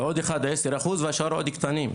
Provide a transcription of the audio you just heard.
ועוד אחד 10% והשאר קטנים.